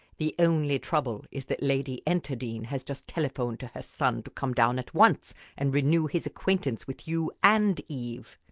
the only trouble is that lady enterdean has just telephoned to her son to come down at once and renew his acquaintance with you and eve.